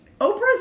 Oprah's